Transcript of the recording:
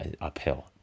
uphill